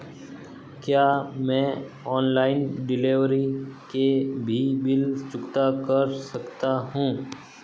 क्या मैं online delivery के भी बिल चुकता कर सकता हूँ?